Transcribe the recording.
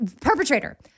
Perpetrator